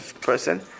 person